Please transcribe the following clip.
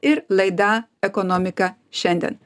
ir laida ekonomika šiandien